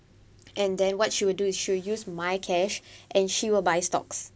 and then what she would do is she'll use my cash and she will buy stocks